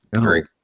great